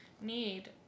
need